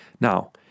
Now